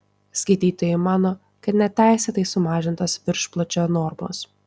skaitytojai mano kad neteisėtai sumažintos viršpločio normos